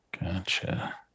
Gotcha